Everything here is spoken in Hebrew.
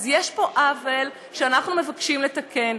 אז יש פה עוול שאנחנו מבקשים לתקן.